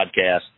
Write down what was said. Podcast